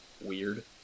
weird